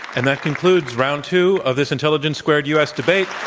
and that concludes round two of this intelligence squared u. s. debate,